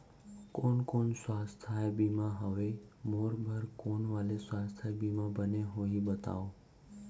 कोन कोन स्वास्थ्य बीमा हवे, मोर बर कोन वाले स्वास्थ बीमा बने होही बताव?